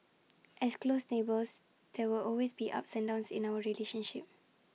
as close neighbours there will always be ups and downs in our relationship